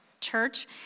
church